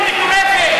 תתבייש.